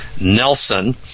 Nelson